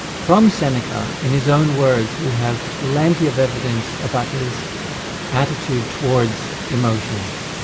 from seneca, in his own words, we have plenty of evidence about his attitude towards emotions,